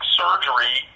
surgery